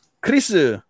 Chris